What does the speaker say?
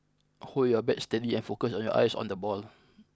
hold your bat steady and focus your eyes on the ball